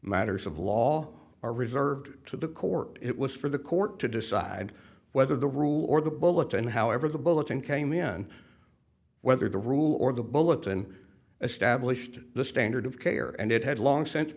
matters of law are reserved to the court it was for the court to decide whether the rule or the bulletin however the bulletin came in whether the rule or the bulletin established the standard of care and it had long